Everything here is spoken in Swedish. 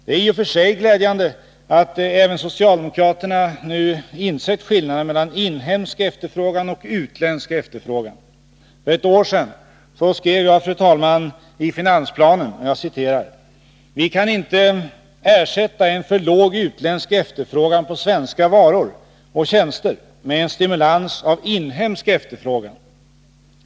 Det är i och för sig glädjande att även socialdemokraterna nu har insett skillnaden mellan inhemsk efterfrågan och utländsk efterfrågan. För ett år sedan skrev jag, fru talman, i finansplanen: ”Vi kan inte ersätta en för låg utländsk efterfrågan på svenska varor och tjänster med en stimulans av inhemsk efterfrågan.